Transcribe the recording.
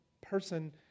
person